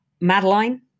Madeline